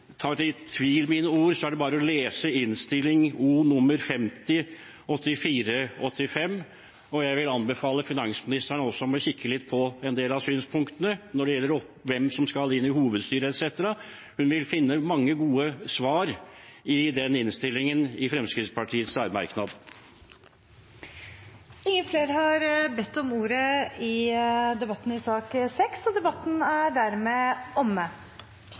mine ord i tvil, er det bare å lese Innst. O nr. 50 for 1984–85. Jeg vil anbefale også finansministeren om å kikke litt på en del av synspunktene når det gjelder hvem som skal inn i hovedstyret etc. Hun vil finne mange gode svar i Fremskrittspartiets særmerknad i den innstillingen. Flere har ikke bedt om ordet til sak nr. 6. Dette blir jo en interessant debatt mellom justisministeren og